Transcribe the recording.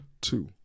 Two